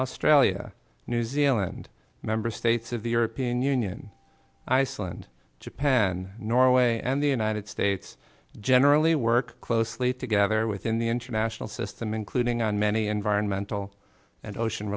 australia new zealand member states of the european union iceland japan norway and the united states generally work closely together within the international system including on many environmental and ocean